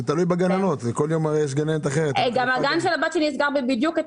בכל מקרה הגבייה היא בהמשך.